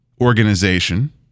organization